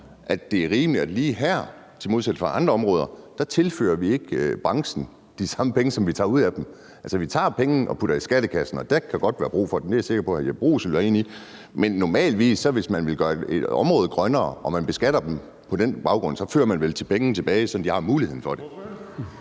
at det er rimeligt, at vi lige her i modsætning til andre områder ikke tilfører branchen de samme penge, som vi tager ud af den. Vi tager pengene og putter dem i skattekassen, og der kan godt være brug for dem dér, hvilket jeg er sikker på skatteministeren ville være enig i. Men hvis man vil gøre et område grønnere og man beskatter dem på den baggrund, fører man vel pengene tilbage, så de har muligheden for det.